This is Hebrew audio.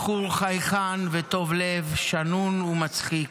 בחור חייכן וטוב לב, שנון ומצחיק,